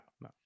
No